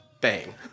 bang